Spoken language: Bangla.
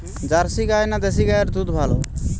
জার্সি গাই না দেশী গাইয়ের দুধ ভালো?